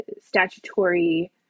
statutory